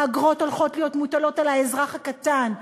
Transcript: האגרות הולכות להיות מוטלות על האזרח הקטן,